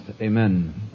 Amen